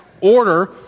order